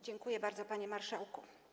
Dziękuję bardzo, panie marszałku.